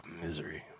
misery